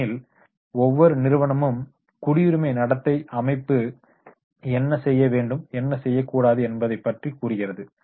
ஏனெனில் ஏனெனில் ஒவ்வொரு நிறுவனமும் குடியுரிமை நடத்தை அமைப்பு என்ன செய்ய வேண்டும்என்ன செய்யக்கூடாது என்பதை பற்றி கூறுகிறது